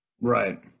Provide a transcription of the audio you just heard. Right